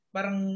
Parang